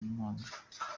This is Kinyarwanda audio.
b’impanga